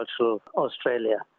Australia